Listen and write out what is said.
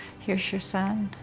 here's your son.